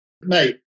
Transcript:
mate